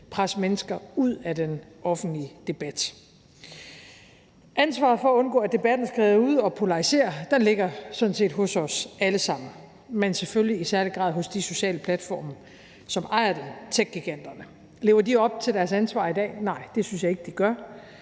presse mennesker ud af den offentlige debat. Ansvaret for at undgå, at debatten skrider ud og polariserer, ligger sådan set hos os alle sammen, men selvfølgelig i særlig grad hos de sociale platforme, som ejes af techgiganterne. Lever de op til deres ansvar i dag? Nej, det synes jeg ikke de gør.